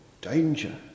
danger